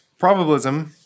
probabilism